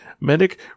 Medic